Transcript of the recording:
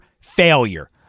failure